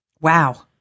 Wow